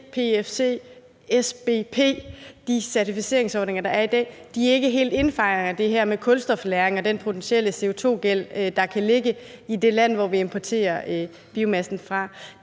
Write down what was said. PEFC, SBP – de certificeringsordninger, der er i dag – ikke helt indfanger det her med kulstoflagring og den potentielle CO2-gæld, der kan ligge i det land, som vi importerer biomassen fra.